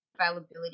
availability